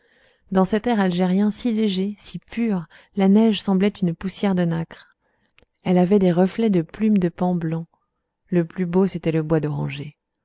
dans cet air algérien si léger si pur la neige semblait une poussière de nacre elle avait des reflets de plumes de paon blanc le plus beau c'était le bois d'orangers